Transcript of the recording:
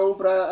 para